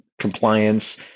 compliance